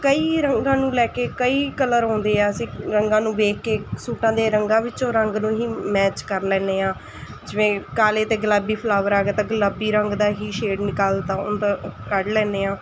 ਕਈ ਰੰਗਾਂ ਨੂੰ ਲੈ ਕੇ ਕਈ ਕਲਰ ਆਉਂਦੇ ਆ ਅਸੀਂ ਰੰਗਾ ਨੂੰ ਵੇਖ ਕੇ ਸੂਟਾਂ ਦੇ ਰੰਗਾਂ ਵਿੱਚੋਂ ਰੰਗ ਨੂੰ ਹੀ ਮੈਚ ਕਰ ਲੈਂਦੇ ਹਾਂ ਜਿਵੇਂ ਕਾਲੇ ਅਤੇ ਗੁਲਾਬੀ ਫਲਾਵਰ ਆ ਗਿਆ ਤਾਂ ਗੁਲਾਬੀ ਰੰਗ ਦਾ ਹੀ ਸ਼ੇਡ ਨਿਕਾਲਤਾ ਉਹਦਾ ਕੱਢ ਲੈਂਦੇ ਹਾਂ